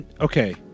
okay